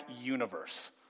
Universe